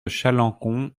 chalencon